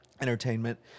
entertainment